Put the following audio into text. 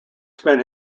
spent